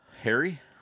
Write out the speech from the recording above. Harry